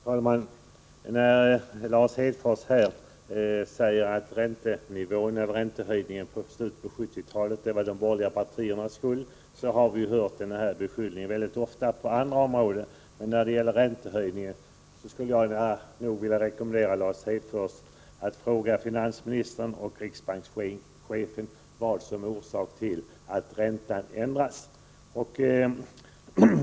Herr talman! Lars Hedfors säger att de borgerliga partierna bar skulden till räntehöjningen i slutet på 1970-talet. Vi har mycket ofta fått höra sådana beskyllningar även då det gällt andra områden. När det gäller räntehöjningen skulle jag vilja rekommendera Lars Hedfors att fråga finansministern och riksbankschefen vad som är orsaken till att räntan ändras.